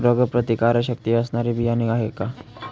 रोगप्रतिकारशक्ती असणारी बियाणे आहे का?